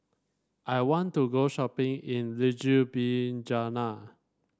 I want to go shopping in Ljubljana